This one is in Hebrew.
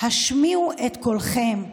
השמיעו את קולכם.